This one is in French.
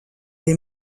des